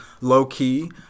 low-key